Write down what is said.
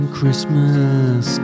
Christmas